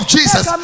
Jesus